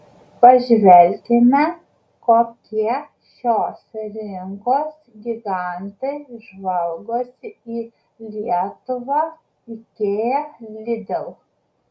pažvelkime kokie šios rinkos gigantai žvalgosi į lietuvą ikea lidl